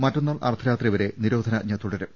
മറ്റ നാൾ അർധരാത്രി വരെ നിരോധനാജ്ഞ തുടരും